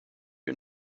you